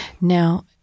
Now